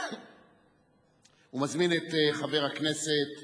ומזמין את חבר הכנסת